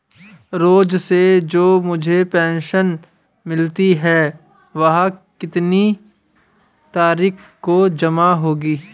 रोज़ से जो मुझे पेंशन मिलती है वह कितनी तारीख को जमा होगी?